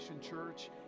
Church